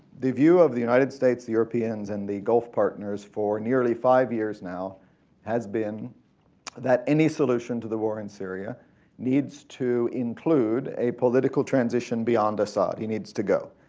the view of the united states, the europeans, and the gulf partners for nearly five years now has been that any solution to the war in syria needs to include a political transition beyond assadhe needs to go.